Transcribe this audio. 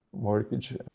mortgage